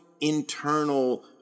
internal